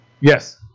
Yes